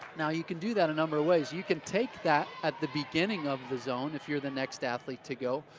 now, you can do that a number of ways. you can take that at the beginning of the zone if you're the next athlete to go.